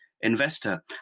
investor